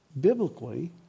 biblically